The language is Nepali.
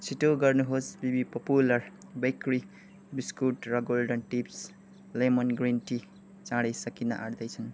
छिटो गर्नुहोस् बिबी पपुलर बेकरी बिस्कुट र golden tips lemon green tea चाँडै सकिन आँट्दैछन्